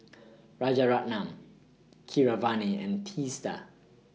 Rajaratnam Keeravani and Teesta